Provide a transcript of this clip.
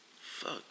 fuck